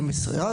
כמשרד,